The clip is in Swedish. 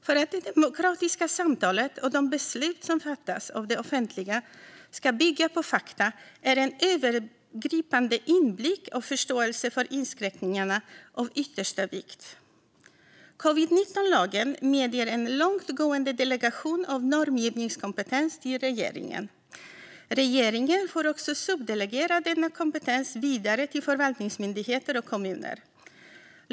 För att det demokratiska samtalet och de beslut som fattas av det offentliga ska bygga på fakta är en övergripande inblick och förståelse för inskränkningarna av yttersta vikt. Covid-19-lagen medger en långtgående delegation av normgivningskompetens till regeringen. Regeringen får också delegera denna kompetens vidare till förvaltningsmyndigheter och kommuner.